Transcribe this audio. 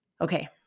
okay